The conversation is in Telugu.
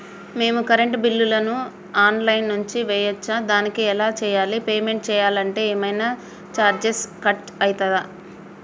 మేము కరెంటు బిల్లును ఆన్ లైన్ నుంచి చేయచ్చా? దానికి ఎలా చేయాలి? పేమెంట్ చేయాలంటే ఏమైనా చార్జెస్ కట్ అయితయా?